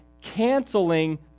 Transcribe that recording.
canceling